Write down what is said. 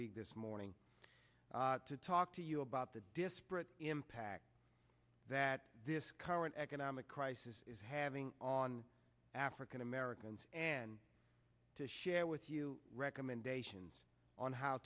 league this morning to talk to you about the disparate impact that this current economic crisis is having on african americans and to share with you recommendations on how